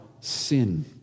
sin